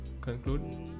conclude